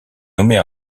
nommée